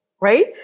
right